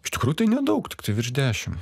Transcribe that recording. iš tikrųjų tai nedaug tiktai virš dešim